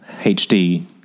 HD